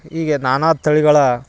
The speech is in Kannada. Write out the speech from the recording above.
ಹೀಗೆ ನಾನಾ ತಳಿಗಳ